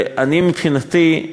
אני, מבחינתי,